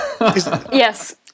Yes